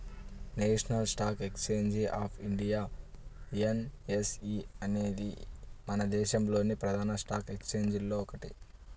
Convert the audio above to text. national stock exchange of India NSE అనేది మన దేశంలోని ప్రధాన స్టాక్ ఎక్స్చేంజిల్లో ఒకటి